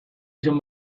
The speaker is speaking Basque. izan